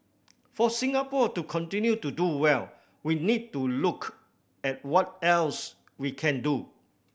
for Singapore to continue to do well we need to look at what else we can do